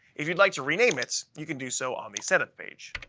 if you'd like to rename it, you can do so on the setup page.